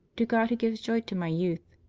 to god who gives joy to my youth.